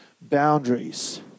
boundaries